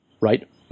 Right